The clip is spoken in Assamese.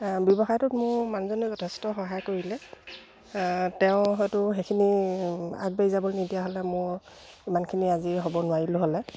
ব্যৱসায়টোত মোৰ মানুহজনে যথেষ্ট সহায় কৰিলে তেওঁ হয়তো সেইখিনি আগবাঢ়ি যাবলৈ নিদিয়া হ'লে মোৰ ইমানখিনি আজি হ'ব নোৱাৰিলোঁ হ'লে